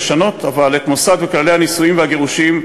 לשנות את מוסד וכללי הנישואים והגירושים,